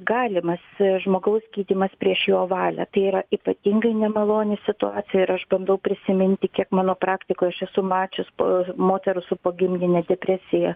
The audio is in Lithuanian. galimas žmogaus gydymas prieš jo valią tai yra ypatingai nemaloni situacija ir aš bandau prisiminti kiek mano praktikoj aš esu mačius po moterų su pogimdine depresija